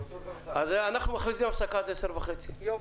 אז אנחנו מכריזים על הפסקה עד 10:30. יופי.